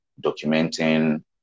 documenting